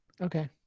Okay